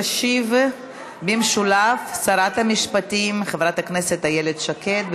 תשיב במשולב שרת המשפטים חברת הכנסת איילת שקד.